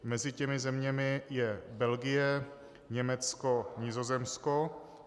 Mezi těmi zeměmi je Belgie, Německo, Nizozemsko.